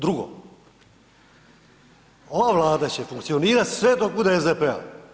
Drugo, ova Vlada će funkcionirat sve dok bude SDP-a.